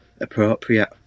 appropriate